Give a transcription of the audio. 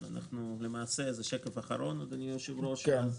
ואז